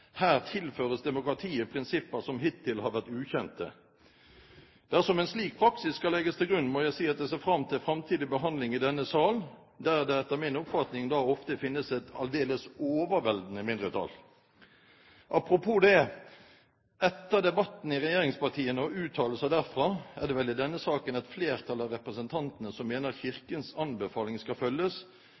Her tilføres demokratiet prinsipper som hittil har vært ukjente. Dersom en slik praksis skal legges til grunn, må jeg si at jeg ser fram til framtidig behandling i denne sal, der det etter min oppfatning da ofte finnes et aldeles overveldende mindretall. Apropos det – etter debatten i regjeringspartiene og uttalelser derfra er det vel i denne saken et flertall av representantene som mener Kirkens anbefaling skal følges,